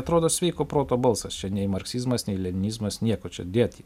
atrodo sveiko proto balsas čia nei marksizmas leninizmas nieko čia dėt jį